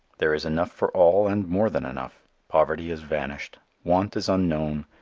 there is enough for all and more than enough. poverty has vanished. want is unknown.